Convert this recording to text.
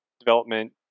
development